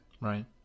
Right